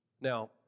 Now